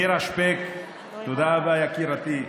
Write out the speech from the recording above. נירה שפק, תודה רבה, יקירתי.